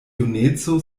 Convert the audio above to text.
juneco